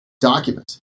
document